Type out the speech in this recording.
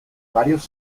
varios